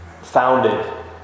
founded